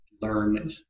learn